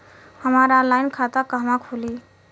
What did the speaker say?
हमार ऑनलाइन खाता कहवा खुली?